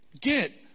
get